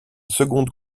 seconde